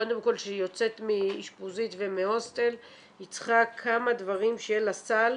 קודם כל שהיא יוצאת מאשפוזית ומהוסטל היא צריכה כמה דברים שיהיה לה סל.